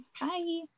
Bye